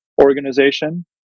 organization